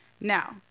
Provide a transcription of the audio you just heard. Now